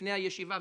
לפני הישיבה,